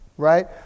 right